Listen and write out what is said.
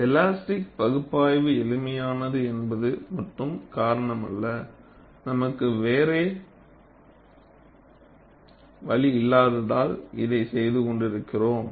elastic பகுப்பாய்வு எளிமையானது என்பது மட்டும் காரணம் அல்ல நமக்கு வேற வழி இல்லாததால் இதை செய்து கொண்டிருக்கிறோம்